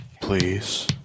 Please